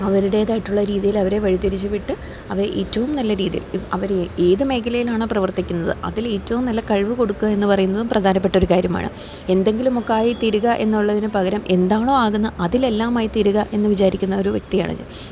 അവരുടേതായിട്ടുള്ള രീതിയിൽ അവരെ വഴി തിരിച്ചുവിട്ട് അവര് ഏറ്റവും നല്ല രീതിയിൽ അവര് ഏതു മേഖലയിലാണോ പ്രവർത്തിക്കുന്നത് അതിൽ ഏറ്റവും നല്ല കഴിവു കൊടുക്കുക എന്നു പറയുന്നതും പ്രധാനപ്പെട്ടൊരു കാര്യമാണ് എന്തെങ്കിലും ഒക്കെയായിത്തീരുക എന്നുള്ളതിനു പകരം എന്താണോ ആകുന്നത് അതിലെല്ലാമായിത്തീരുക എന്നു വിചാരിക്കുന്ന ഒരു വ്യക്തിയാണ് ഞാൻ